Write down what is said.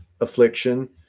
affliction